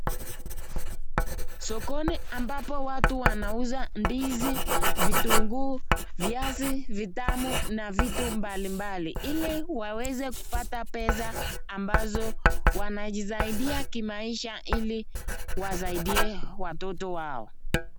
Sokoni ambapo watu wanauza ndizi, vitunguu, viazi vitamu na vitu mbalimbali ili waweze kupata pesa ambazo wanajisaidia kimaisha ili wasaidie watoto wao.